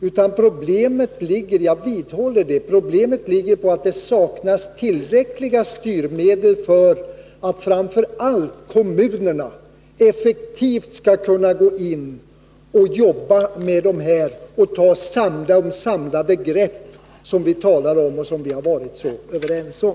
Utan problemet ligger i — jag vidhåller det — att det saknas tillräckliga styrmedel för att kommunerna effektivt skall kunna gå in och jobba med detta samt ta de samlade grepp som vi talar om och som vi varit så överens om.